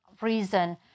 reason